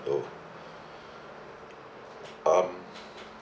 you know um